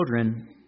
children